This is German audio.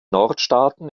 nordstaaten